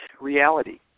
reality